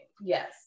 Yes